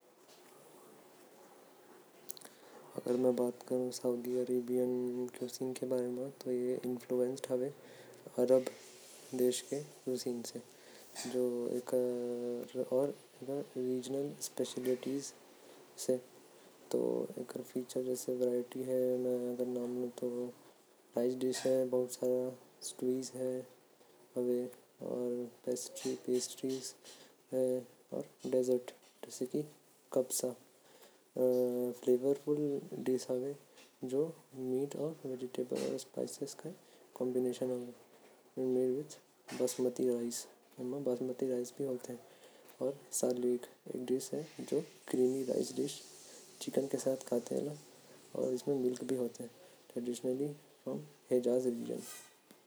अगर हमन बात करब सऊदी अरब के तो। एमन के खाना अरब से बहुते मिलेल। सऊदी वाला मन के प्रमुख खाना में आथे। कबसा जरीश अउ मुतब्बाक़। एहि सब वहा के लोग मन ज्यादा खाथे।